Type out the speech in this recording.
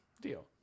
Deal